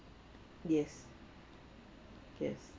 yes yes